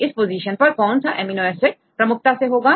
इस पोजीशन पर कौन सा एमिनो एसिड प्रमुखता से होगा